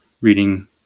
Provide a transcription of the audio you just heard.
reading